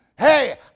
Hey